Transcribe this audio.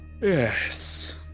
Yes